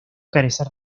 carecer